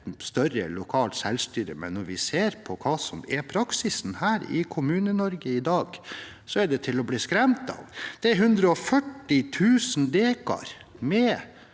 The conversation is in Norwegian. større lokalt selvstyre, men når vi ser hva som er praksisen i Kommune-Norge i dag, er det til å bli skremt av. Det er 140 000 dekar med